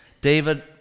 David